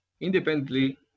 independently